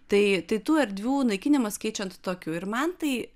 tai tai tų erdvių naikinimas keičiant tokiu ir man tai